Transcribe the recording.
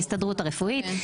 ההסתדרות הרפואית.